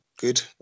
good